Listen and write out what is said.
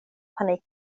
panik